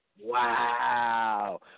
Wow